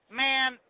man